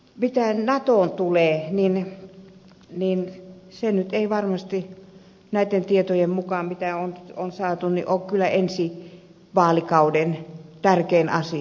mitä natoon tulee niin se nyt ei varmasti näitten tietojen mukaan mitä on saatu ole kyllä ensi vaalikauden tärkein asia